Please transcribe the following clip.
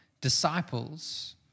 Disciples